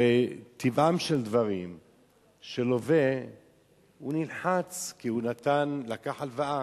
הרי טבעם של דברים שלווה נלחץ כי הוא לקח הלוואה,